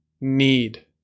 need